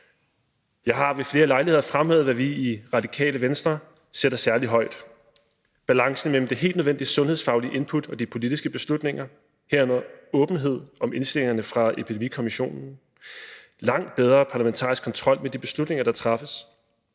Jeg har ved flere lejligheder fremhævet, hvad vi i Radikale Venstre sætter særlig højt, nemlig balancen mellem det helt nødvendige sundhedsfaglige input og de politiske beslutninger, herunder åbenhed om indstillingerne fra Epidemikommissionen; langt bedre parlamentarisk kontrol med de beslutninger, der træffes;